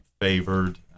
favored